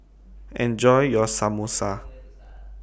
Enjoy your Samosa